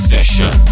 Session